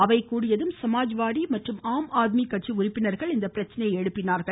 அவை கூடியதும் சமாஜ்வாடி மற்றும் ஆம் ஆத்மி கட்சி உறுப்பினர்கள் இப்பிரச்சனையை எழுப்பினார்கள்